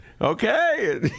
Okay